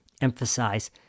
emphasize